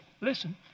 listen